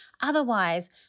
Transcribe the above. Otherwise